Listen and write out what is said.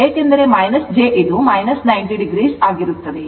ಏಕೆಂದರೆ j ಇದು 90o ಆಗಿರುತ್ತದೆ